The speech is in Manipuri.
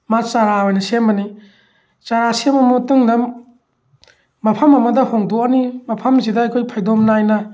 ꯃꯥ ꯆꯥꯔꯥ ꯑꯣꯏꯅ ꯁꯦꯝꯃꯅꯤ ꯆꯥꯔꯥ ꯁꯦꯃꯃ ꯃꯇꯨꯡꯗ ꯑꯃꯨꯛ ꯃꯐꯝ ꯑꯃꯗ ꯍꯣꯡꯗꯣꯛꯑꯅꯤ ꯃꯐꯝꯁꯤꯗ ꯑꯩꯈꯣꯏ ꯐꯩꯗꯣꯝ ꯅꯥꯏꯅ